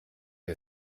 ihr